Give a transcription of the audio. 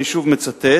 אני שוב מצטט,